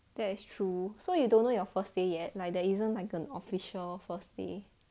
that's true so you don't know your first day yet like there isn't like an official first day